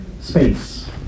space